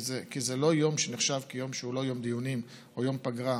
כי זה לא יום שנחשב כיום שהוא לא יום דיונים או יום פגרה,